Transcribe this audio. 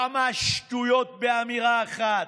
כמה שטויות באמירה אחת.